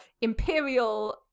imperial